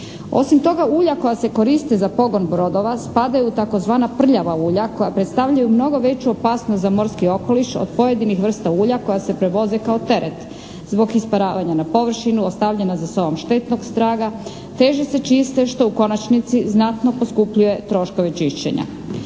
Osim toga ulja koja se koriste za pogon brodova spadaju u tzv. prljava ulja koja predstavljaju mnogo veću opasnost za morski okoliš od pojedinih vrsta ulja koja se prevoze kao teret. Zbog isparavanja na površinu ostavljena za sobom štetnog traga teže se čiste što u konačnici znatno poskupljuje troškove čišćenja.